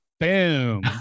Boom